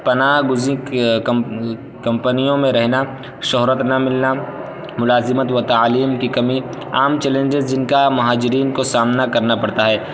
پنا گزیں ک کمپنیوں میں رہنا شہرت نہ ملنا ملازمت و تعلیم کی کمی عام چیلنجز جن کا مہاجرین کو سامنا کرنا پڑتا ہے